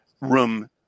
room